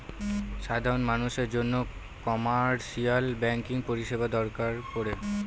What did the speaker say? সাধারন মানুষের জন্য কমার্শিয়াল ব্যাঙ্কিং পরিষেবা দরকার পরে